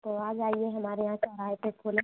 तो आ जाैए हमारे यहाँ चौराहे पर खोले हैं हम